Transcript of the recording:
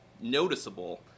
noticeable